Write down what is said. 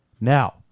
Now